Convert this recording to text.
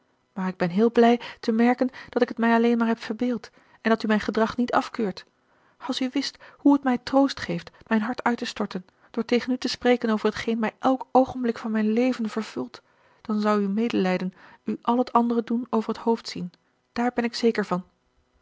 maar ik ben heel blij te merken dat ik het mij alleen maar heb verbeeld en dat u mijn gedrag niet afkeurt als u wist hoe het mij troost geeft mijn hart uit te storten door tegen u te spreken over t geen mij elk oogenblik van mijn leven vervult dan zou uw medelijden u al het andere doen over t hoofd zien daar ben ik zeker van